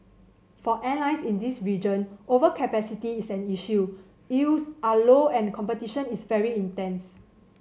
for airlines in this region overcapacity is an issue yields are low and competition is very intense